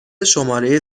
شماره